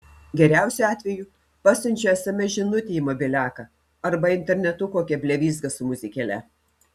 geriausiu atveju pasiunčiu sms žinutę į mobiliaką arba internetu kokią blevyzgą su muzikėle